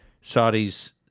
Saudi's